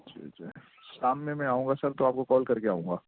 ٹھیک ہے شام میں میں آؤں گا سر تو آپ کو کال کر کے آؤں گا